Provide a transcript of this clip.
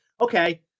okay